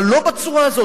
אבל לא בצורה הזאת.